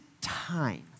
time